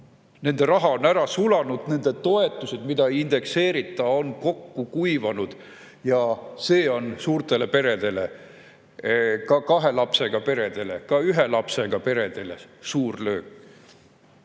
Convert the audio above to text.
Nende raha on ära sulanud, nende toetused, mida ei indekseerita, on kokku kuivanud. See on suurtele peredele, ka kahe lapsega ja ühe lapsega peredele suur löök.